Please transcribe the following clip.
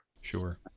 Sure